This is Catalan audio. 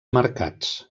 mercats